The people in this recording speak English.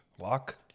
lock